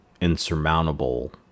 Insurmountable